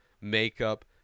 makeup